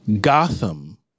Gotham